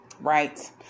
Right